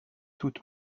tout